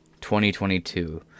2022